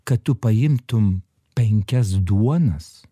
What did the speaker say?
kad tu paimtum penkias duonas